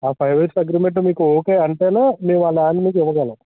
ఆ five years agreement మీకు okay అంటేనే మెం ఆ లాండని మీకు ఇవ్వగలం